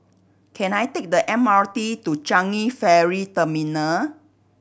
can I take the M R T to Changi Ferry Terminal